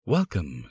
Welcome